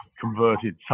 converted